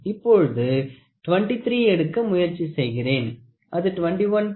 இப்பொழுது 23 எடுக்க முயற்சி செய்கிறேன் அது 21